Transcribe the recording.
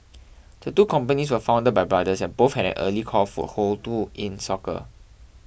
the two companies were found by brothers and both had early core foothold do in soccer